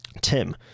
Tim